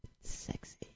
sexy